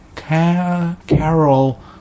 Carol